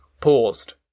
paused